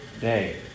day